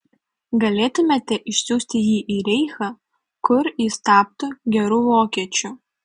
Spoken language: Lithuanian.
galėtumėte išsiųsti jį į reichą kur jis taptų geru vokiečiu